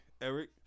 Eric